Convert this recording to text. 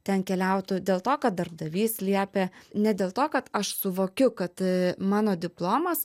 ten keliautų dėl to kad darbdavys liepė ne dėl to kad aš suvokiu kad mano diplomas